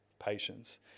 patience